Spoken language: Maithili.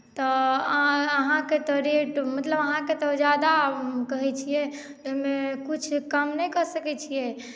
तऽ अहाँके तऽ रेट मतलब अहाँके तऽ ज्यादा कहैत छियै ताहिमे किछु कम नहि कऽ सकैत छियै